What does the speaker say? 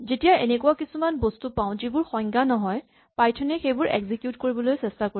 যেতিয়া এনেকুৱা কিছুমান বস্তু পাওঁ যিবোৰ সংজ্ঞা নহয় পাইথন এ সেইবোৰ এক্সিকিউট কৰিবলৈ চেষ্টা কৰিব